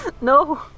No